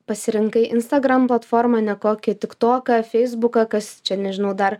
pasirinkai instagram platformą ne kokį tik toką feisbuką kas čia nežinau dar